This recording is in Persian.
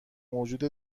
موجود